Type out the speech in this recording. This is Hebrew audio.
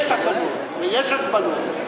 יש תקנות ויש הגבלות.